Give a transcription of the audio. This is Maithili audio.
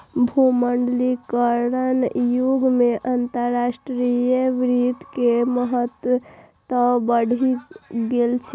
भूमंडलीकरणक युग मे अंतरराष्ट्रीय वित्त के महत्व बढ़ि गेल छै